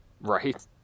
Right